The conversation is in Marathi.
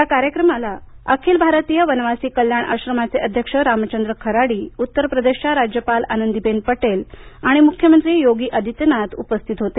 या कार्यक्रमाला अखिल भारतीय वनवासी कल्याण आश्रमाचे अध्यक्ष रामचंद्र खराडी उत्तर प्रदेशच्या राज्यपाल आनंदीबेन पटेल आणि मुख्यमंत्री योगी आदित्यनाथ उपस्थित होते